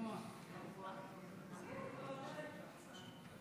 בואו נשמע את ברכתו של חבר הכנסת עמיר פרץ.